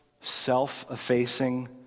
self-effacing